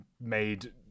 made